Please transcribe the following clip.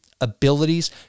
abilities